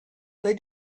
they